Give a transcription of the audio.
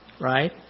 right